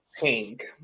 Pink